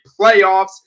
playoffs